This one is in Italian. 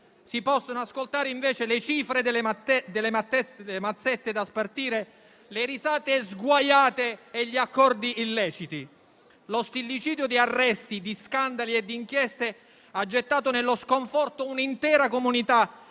Si possono ascoltare, invece, le cifre delle mazzette da spartire, le risate sguaiate e gli accordi illeciti. Lo stillicidio di arresti, di scandali e di inchieste ha gettato nello sconforto un'intera comunità